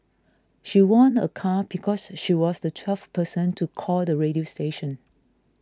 she won a car because she was the twelfth person to call the radio station